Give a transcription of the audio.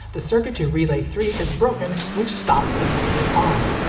the circuit to relay three is broken, which stops the magnet arm.